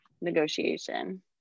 negotiation